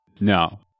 No